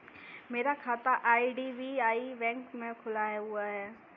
मेरा खाता IDBI bank में खुला हुआ है